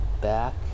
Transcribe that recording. back